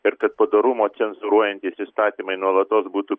ir kad padorumo cenzūruojantys įstatymai nuolatos būtų